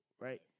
right